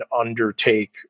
undertake